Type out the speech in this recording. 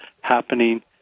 happening